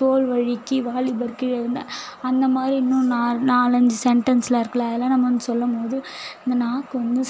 தோல் வழுக்கி வாலிபர் கீழே விழுந்தார் அந்த மாதிரி இன்னும் நான் நாலஞ்சு சென்டன்ஸ் எல்லாம் இருக்குல்ல அதெலாம் நம்ம வந்து சொல்லும்மோது இந்த நாக்கு வந்து